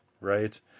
Right